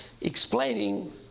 explaining